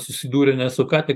susidūrėme su ką tik